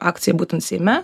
akcija būtent seime